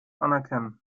anerkennen